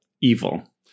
evil